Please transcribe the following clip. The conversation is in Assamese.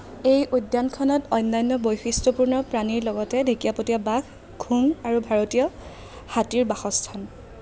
এই উদ্যানখনত অন্যান্য বৈশিষ্টপূৰ্ণ প্ৰাণীৰ লগতে ঢেঁকীয়াপতীয়া বাঘ ঘোং আৰু ভাৰতীয় হাতীৰ বাসস্থান